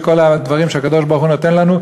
בכל הדברים שהקדוש-ברוך-הוא נותן לנו,